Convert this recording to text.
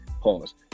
pause